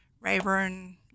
Rayburn